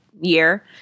year